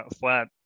flat